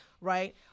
right